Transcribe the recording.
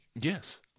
yes